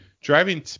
driving